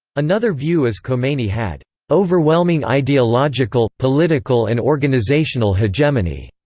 another view is khomeini had overwhelming ideological, political and organizational hegemony,